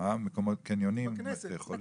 בכנסת.